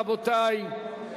רבותי?